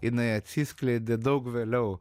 jinai atsiskleidė daug vėliau